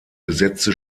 besetzte